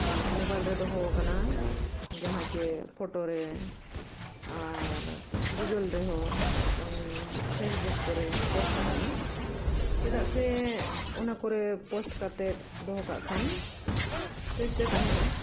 ᱟᱨ mobile ᱨᱮ ᱫᱚᱦᱚᱣᱟᱠᱟᱱᱟ ᱡᱟᱦᱟᱸ ᱪᱮᱫ ᱯᱷᱳᱴᱳ ᱨᱮ ᱟᱨ ᱜᱩᱜᱚᱞ ᱨᱮᱦᱚᱸ ᱵᱟᱝ ᱯᱷᱮᱥᱵᱩᱠ ᱠᱚᱨᱮ ᱯᱳᱥᱴ ᱟᱠᱟᱱᱟ ᱪᱮᱫᱟᱜ ᱥᱮ ᱚᱱᱟ ᱠᱚᱨᱮ ᱯᱳᱥᱴ ᱠᱟᱛᱮᱫ ᱫᱚᱦᱚ ᱠᱟᱜ ᱠᱷᱟᱱ ᱵᱮᱥᱛᱮ ᱛᱟᱦᱮᱱᱟ